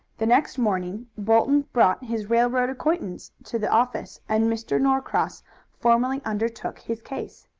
the next morning bolton brought his railroad acquaintance to the office, and mr. norcross formally undertook his case.